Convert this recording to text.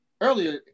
earlier